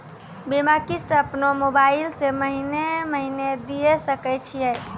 बीमा किस्त अपनो मोबाइल से महीने महीने दिए सकय छियै?